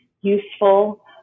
useful